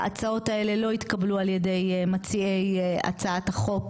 ההצעות האלה לא התקבלו על ידי מציעי הצעת החוק,